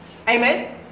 Amen